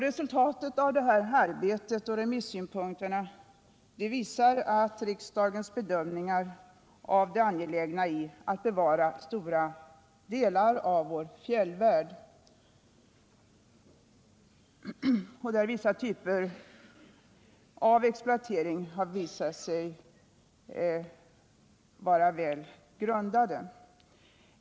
Resultatet av det arbetet och remissynpunkterna visar att riksdagens bedömningar av det angelägna i att bevara stora delar av vår fjällvärld, där farhågorna för vissa typer av exploatering har visat sig, varit väl grundade.